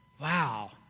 Wow